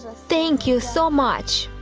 thank you so much.